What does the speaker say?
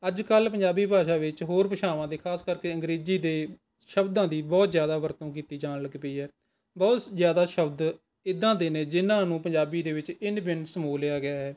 ਅੱਜ ਕੱਲ੍ਹ ਪੰਜਾਬੀ ਭਾਸ਼ਾ ਵਿੱਚ ਹੋਰ ਭਾਸ਼ਾਵਾਂ ਦੇ ਖਾਸ ਕਰਕੇ ਅੰਗਰੇਜ਼ੀ ਦੇ ਸ਼ਬਦਾਂ ਦੀ ਬਹੁਤ ਜ਼ਿਆਦਾ ਵਰਤੋਂ ਕੀਤੀ ਜਾਣ ਲੱਗ ਪਈ ਹੈ ਬਹੁਤ ਸ ਜ਼ਿਆਦਾ ਸ਼ਬਦ ਇੱਦਾਂ ਦੇ ਨੇ ਜਿਨ੍ਹਾਂ ਨੂੰ ਪੰਜਾਬੀ ਦੇ ਵਿੱਚ ਇੰਨ ਬਿੰਨ ਸਮੋਅ ਲਿਆ ਗਿਆ ਹੈ